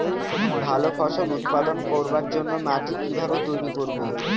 ভালো ফসল উৎপাদন করবার জন্য মাটি কি ভাবে তৈরী করব?